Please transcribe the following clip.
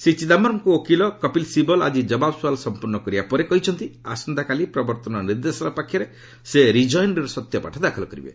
ଶ୍ରୀ ଚିଦାୟରମଙ୍କ ଓକିଲ କପିଲ ଶିବଲ ଆଜି ଜବାବ ସୁଆଲ ସମ୍ପର୍ଷ୍ଣ କରିବା ପରେ କହିଛନ୍ତି ଆସନ୍ତାକାଲି ପ୍ରବର୍ତ୍ତନ ନିର୍ଦ୍ଦେଶାଳୟ ପାଖରେ ସେ ରିଜଏଣ୍ଡର ସତ୍ୟପାଠ ଦାଖଲ କରିବେ